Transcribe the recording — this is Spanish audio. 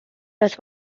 los